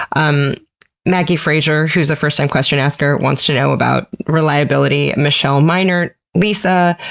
um maggie fraser, who's a first-time question-asker, wants to know about reliability. michelle minert, lisa,